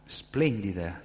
splendida